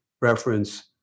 reference